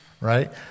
right